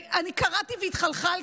אני קראתי והתחלחלתי.